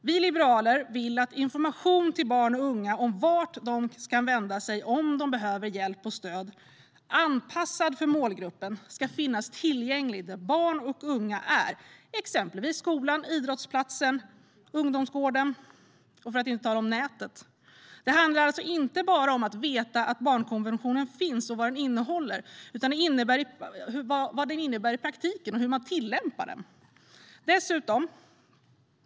Vi liberaler vill att information anpassad till barn och unga om vart de kan vända sig om de behöver hjälp och stöd ska finnas tillgänglig där barn och unga är, exempelvis på skola, idrottsplatser och ungdomsgården - för att inte tala om på nätet. Det handlar alltså inte bara om att veta att barnkonventionen finns och vad den innehåller utan vad den innebär i praktiken och hur man tillämpar den.